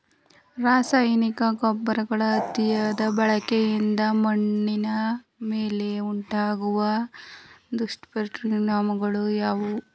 ರಾಸಾಯನಿಕ ಗೊಬ್ಬರಗಳ ಅತಿಯಾದ ಬಳಕೆಯಿಂದ ಮಣ್ಣಿನ ಮೇಲೆ ಉಂಟಾಗುವ ದುಷ್ಪರಿಣಾಮಗಳು ಯಾವುವು?